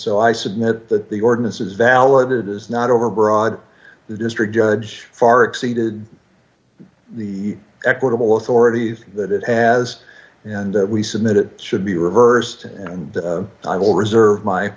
so i submit that the ordinance is valid it is not over broad the district judge far exceeded the equitable authority that it has and we submit it should be reversed and i will reserve my